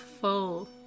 full